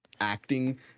acting